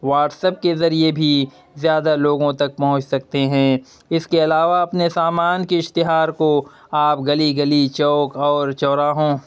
what's up ذریعے بھی زیادہ لوگوں تک پہنچ سکتے ہیں اس کے علاوہ اپنے سامان کے اشتہار کو آپ گلی گلی چوک اور چوراہوں